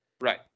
Right